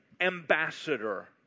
ambassador